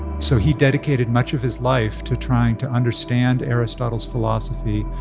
so he dedicated much of his life to trying to understand aristotle's philosophy,